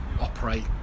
operate